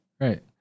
Right